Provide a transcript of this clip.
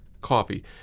coffee